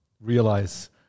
realize